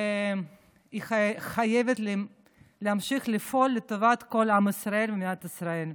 והיא חייבת להמשיך לפעול לטובת כל עם ישראל ומדינת ישראל,